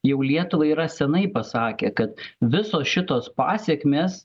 jau lietuvai yra senai pasakė kad visos šitos pasekmės